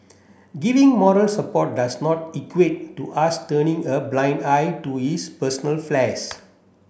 giving moral support does not equate to us turning a blind eye to his personal